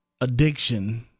addiction